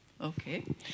Okay